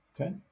Okay